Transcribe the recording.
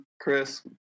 chris